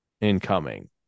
incoming